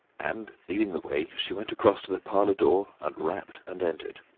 and leading the way, she went across to the parlour door and rapped and entered.